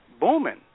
booming